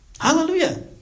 Hallelujah